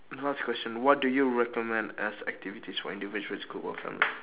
last question what do you recommend as activities for individuals groups or families